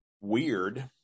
weird